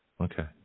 Okay